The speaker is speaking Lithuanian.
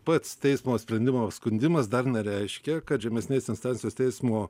pats teismo sprendimo apskundimas dar nereiškia kad žemesnės instancijos teismo